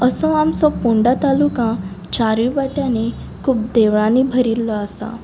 असो आमचो फोंडा तालुका चारूय वाटांनी खूब देवळांनी भरिल्लो आसा